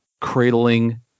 cradling